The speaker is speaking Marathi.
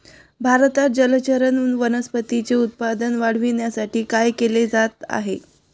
भारतात जलचर वनस्पतींचे उत्पादन वाढविण्यासाठी काय केले जात आहे?